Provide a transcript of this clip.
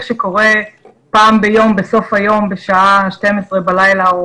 שקורה פעם ביום בסוף היום בשעה 24:00 בלילה,